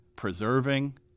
preserving